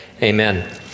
Amen